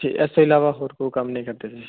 ਕਿ ਇਸ ਤੋਂ ਇਲਾਵਾ ਹੋਰ ਕੋਈ ਕੰਮ ਨਹੀਂ ਕਰਦੇ